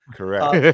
correct